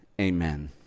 Amen